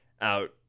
out